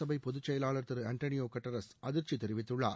சபை பொதுச்செயலாளா் திரு ஆன்டனியோ கட்டரஸ் அதிர்ச்சி தெரிவித்துள்ளார்